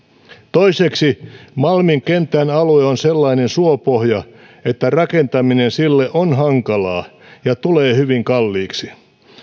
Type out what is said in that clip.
toiseksi malmin kentän alue on sellainen suopohja että rakentaminen sille on hankalaa ja tulee hyvin kalliiksi